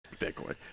Bitcoin